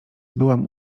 byłam